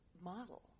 model